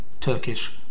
Turkish